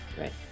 Right